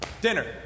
Dinner